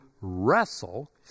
wrestle